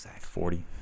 forty